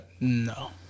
no